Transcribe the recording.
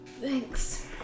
Thanks